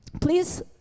please